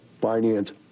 finance